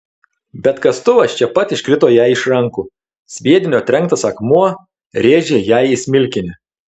bet kastuvas čia pat iškrito jai iš rankų sviedinio trenktas akmuo rėžė jai į smilkinį